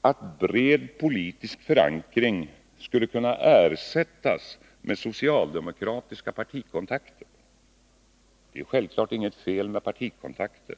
att bred politisk förankring skulle kunna ersättas med socialdemokratiska partikontakter. Det är självfallet inte fel med partikontakter.